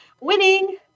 Winning